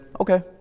okay